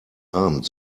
abend